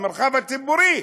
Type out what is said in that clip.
במרחב הציבורי.